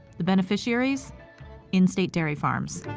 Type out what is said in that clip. the beneficiaries in-state dairy farms.